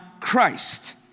Christ